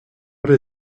what